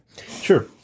sure